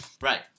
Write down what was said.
Right